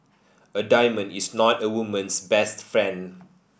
a diamond is not a woman's best friend